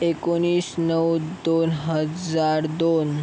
एकोणीस नऊ दोन हजार दोन